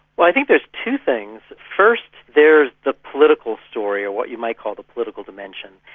well, i think there's two things. first, there's the political story, or what you might call the political dimension.